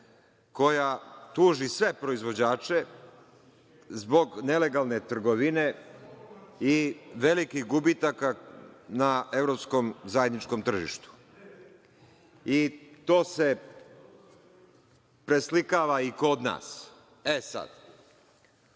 koja tuži sve proizvođače zbog nelegalne trgovine i velikih gubitaka na evropskom zajedničkom tržištu. I to se preslikava i kod nas.E, sad,